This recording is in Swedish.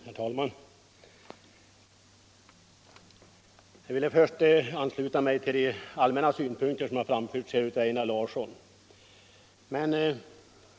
Herr talman! Jag vill först ansluta mig till de allmänna synpunkter som har framförts av Einar Larsson.